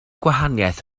gwahaniaeth